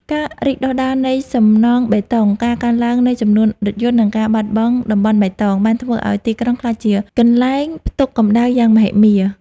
ការរីកដុះដាលនៃសំណង់បេតុង ការកើនឡើងនៃចំនួនរថយន្ត និងការបាត់បង់តំបន់បៃតង បានធ្វើឱ្យទីក្រុងក្លាយជាកន្លែងផ្ទុកកម្ដៅយ៉ាងមហិមា។